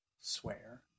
swear